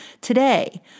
today